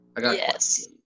Yes